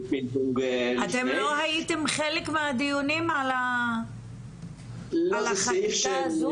אתם לא הייתם חלק מהדיונים על החקיקה הזו?